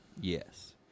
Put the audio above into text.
Yes